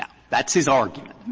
yeah that's his argument.